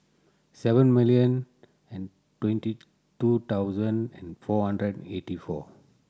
seven million and twenty two thousand and four hundred eighty four